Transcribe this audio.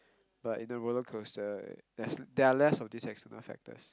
but in a rollercoaster there's there are less of these external factors